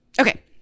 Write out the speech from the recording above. Okay